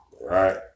right